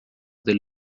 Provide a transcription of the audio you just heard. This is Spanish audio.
del